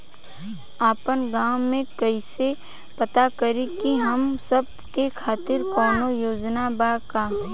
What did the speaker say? आपन गाँव म कइसे पता करि की हमन सब के खातिर कौनो योजना बा का?